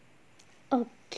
okay